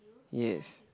yes